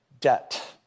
debt